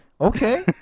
Okay